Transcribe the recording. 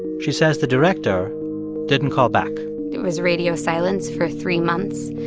she says the director didn't call back it was radio silence for three months.